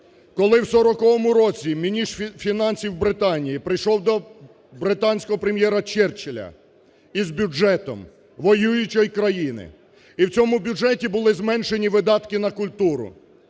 Коли в сороковому році міністр фінансів Британії прийшов до британського Прем'єра Черчіля з бюджетом воюючої країни і в цьому бюджеті були зменшені видатки на культуру,